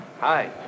Hi